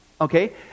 Okay